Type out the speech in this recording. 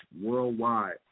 worldwide